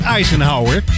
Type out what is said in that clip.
Eisenhower